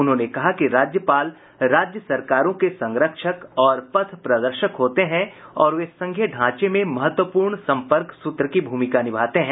उन्होंने कहा कि राज्यपाल राज्य सरकारों के संरक्षक और पथ प्रदर्शक होते हैं और वे संघीय ढांचे में महत्वपूर्ण संपर्क सूत्र की भूमिका निभाते हैं